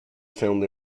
filmed